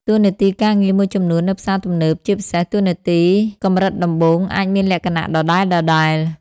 តួនាទីការងារមួយចំនួននៅផ្សារទំនើប ជាពិសេសតួនាទីកម្រិតដំបូង អាចមានលក្ខណៈដដែលៗ។